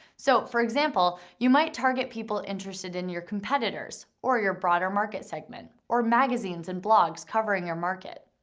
so, for example, you might target people interested in your competitors, or your broader market segment, or magazines and blogs covering your market.